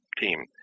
team